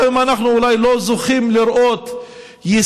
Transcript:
גם אם אנחנו אולי לא זוכים לראות יישום